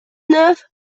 neuf